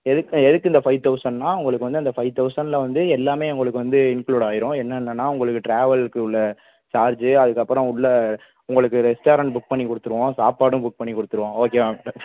எதுக் எதுக்கு இந்த ஃபை தௌசண்ட்னால் உங்களுக்கு வந்து அந்த ஃபை தௌசண்ட்யில் வந்து எல்லாமே உங்களுக்கு வந்து இன்க்ளூட் ஆகிரும் என்னென்னனா உங்களுக்கு ட்ராவல்க்கு உள்ள சார்ஜு அதுக்கப்புறம் உள்ளே உங்களுக்கு ரெஸ்டாரண்ட் புக் பண்ணி கொடுத்துருவோம் சாப்பாடும் புக் பண்ணி கொடுத்துருவோம் ஓகேவா